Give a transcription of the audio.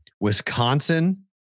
Wisconsin